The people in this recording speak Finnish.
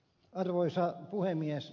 arvoisa puhemies